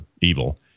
evil